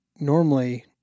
normally